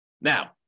now